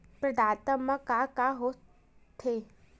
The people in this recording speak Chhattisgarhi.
प्रदाता मा का का हो थे?